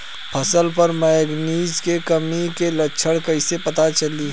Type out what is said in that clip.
फसल पर मैगनीज के कमी के लक्षण कईसे पता चली?